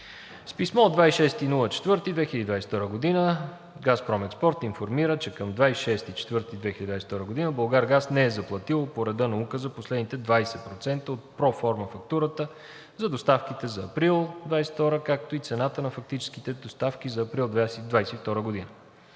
С писмо от 26 април 2022 г. ООО „Газпром Експорт“ информира, че към 26 април 2022 г, „Булгаргаз“ не е заплатило по реда на Указа последните 20% от проформа фактурата за доставките за април 2022 г., както и цената на фактическите доставки за април 2022 г.